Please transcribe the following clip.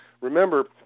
Remember